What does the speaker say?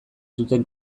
zuten